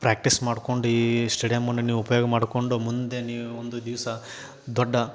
practice ಮಾಡ್ಕೊಂಡು ಈ ಸ್ಟೇಡಿಯಮ್ಮನ್ನು ನೀವು ಉಪಯೋಗ ಮಾಡಿಕೊಂಡು ಮುಂದೆ ನೀವು ಒಂದು ದಿವಸ ದೊಡ್ಡ